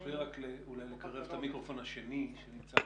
לוועדת הבחירות המרכזית,